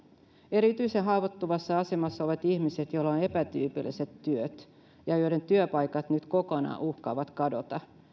erityisen haavoittuvassa asemassa ovat ihmiset joilla on epätyypilliset työt ja joiden työpaikat nyt kokonaan uhkaavat kadota